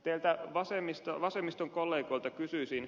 teiltä vasemmiston kollegoilta kysyisin